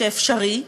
שהוא אפשרי.